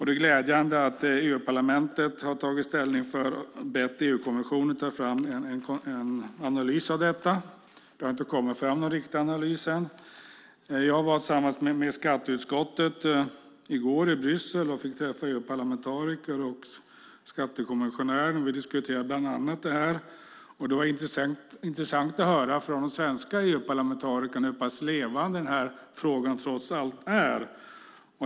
Det är glädjande att EU-parlamentet har tagit ställning och bett EU-kommissionen att ta fram en analys av det hela. Det har inte kommit fram någon riktig analys ännu. Jag var tillsammans med skatteutskottet i Bryssel i går och fick träffa EU-parlamentariker och skattekommissionärer. Vi diskuterade bland annat detta. Det var intressant att höra från de svenska EU-parlamentarikerna hur pass levande frågan trots allt är.